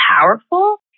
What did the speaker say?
powerful